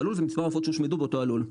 הלול ומספר העופות שהושמדו באותו הלול.